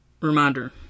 Reminder